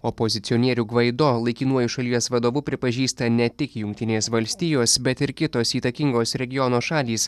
opozicionierių gvaido laikinuoju šalies vadovu pripažįsta ne tik jungtinės valstijos bet ir kitos įtakingos regiono šalys